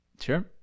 Sure